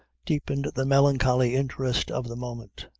deepened the melancholy interest of the moment.